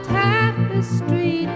tapestry